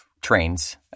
trains